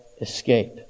escape